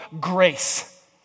grace